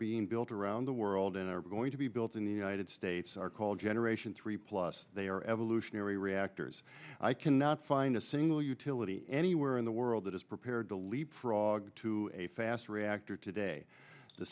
being built around the world and are going to be built in the united states are called generation three plus they are evolutionary reactors i cannot find a single utility anywhere in the world that is prepared to leapfrog to a fast reactor today the